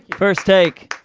first take